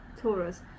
taurus